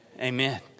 Amen